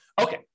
Okay